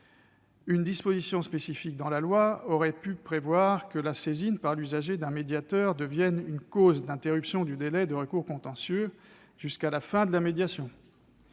Une disposition spécifique dans la loi aurait pu prévoir que la saisine par l'usager d'un médiateur devienne une cause d'interruption du délai de recours contentieux, jusqu'à la fin de la médiation.